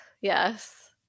Yes